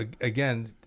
again